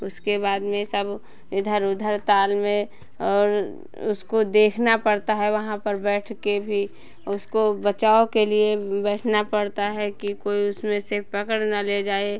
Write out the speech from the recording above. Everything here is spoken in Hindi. उसके बाद में सब इधर उधर ताल में और उसको देखना पड़ता है वहाँ पर बैठ के भी और उसको बचाव के लिए भी बैठना पड़ता है कि कोई उसमें से पकड़ ना ले जाए